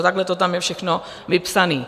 Takhle to tam je všechno vypsané.